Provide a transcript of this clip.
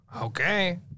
Okay